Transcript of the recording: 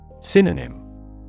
Synonym